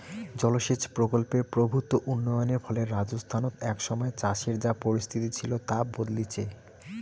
জলসেচ প্রকল্পের প্রভূত উন্নয়নের ফলে রাজস্থানত এক সময়ে চাষের যা পরিস্থিতি ছিল তা বদলিচে